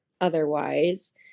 otherwise